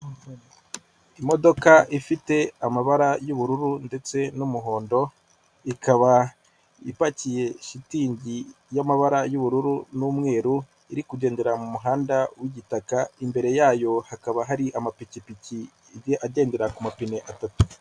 Imodoka ifite amabara y'ubururu ndetse n'umuhondo, ikaba ipakiye shitingi y'amabara y'ubururu n'umweru. Iri kugendera mu muhanda w'igitaka, imbere yayo hakaba hari amapikipiki agendera ku mapine atatu.